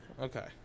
Okay